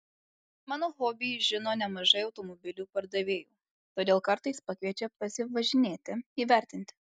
mano hobį žino nemažai automobilių pardavėjų todėl kartais pakviečia pasivažinėti įvertinti